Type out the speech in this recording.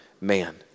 man